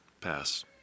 pass